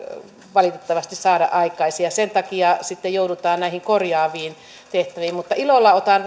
valitettavasti saada aikaan ja sen takia sitten joudutaan näihin korjaaviin tehtäviin mutta ilolla otan